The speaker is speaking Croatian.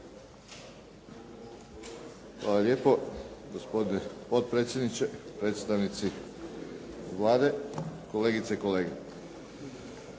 Hvala lijepo, gospodine potpredsjedniče. Predstavnici Vlade, kolegice i kolege.